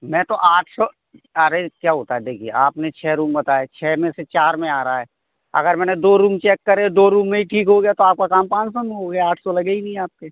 मैं तो आठ सौ अरे क्या होता है देखिए आप ने छः रुम बताए छः में से चार में आ रहा है अगर मैंने दो रूम चैक करे दो रूम में ही ठीक हो गया तो आप का काम पाँच सौ में हो गया आठ सौ लगे ही नहीं आप के